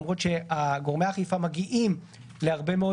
למרות שגורמי האכיפה מגיעים להרבה מאוד